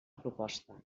proposta